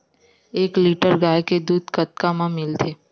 एक लीटर गाय के दुध कतका म मिलथे?